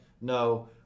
no